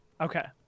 Okay